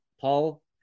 paul